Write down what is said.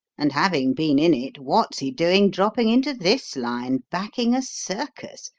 and, having been in it, what's he doing dropping into this line backing a circus,